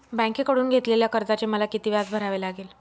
बँकेकडून घेतलेल्या कर्जाचे मला किती व्याज भरावे लागेल?